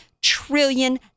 trillion